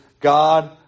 God